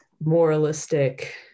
moralistic